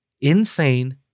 insane